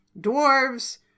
dwarves